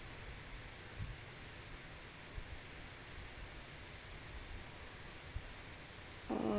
uh